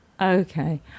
Okay